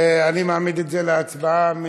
אני מעמיד את זה להצבעה.